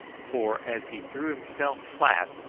for, as he threw himself flat,